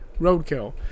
Roadkill